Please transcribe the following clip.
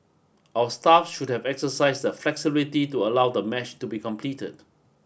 our staff should have exercised the flexibility to allow the match to be completed